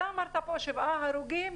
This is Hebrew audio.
אתה אמרת פה שבעה הרוגים,